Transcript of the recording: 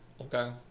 Okay